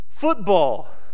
football